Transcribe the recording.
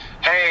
hey